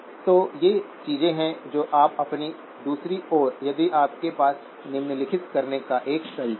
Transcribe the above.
तो ये चीजें हैं जो आप अब दूसरी ओर यदि आपके पास निम्नलिखित करने का एक तरीका है